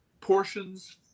portions